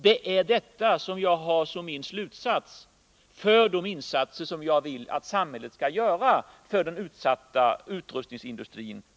Det är detta som jag har som min slutsats för de insatser som jag vill att samhället nu skall göra för den utsatta utrustningsindustrin.